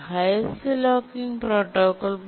highest locker protocol Locker Protocol